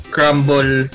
Crumble